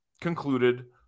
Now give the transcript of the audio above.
concluded